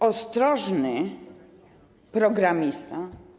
Ostrożny programista.